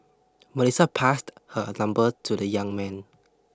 Melissa passed her number to the young man